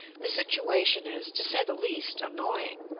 the situation is, to say the least, annoying.